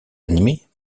animées